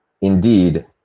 Indeed